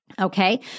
okay